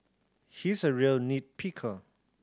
he is a real nit picker